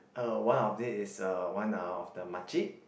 uh one of it is uh one of the makcik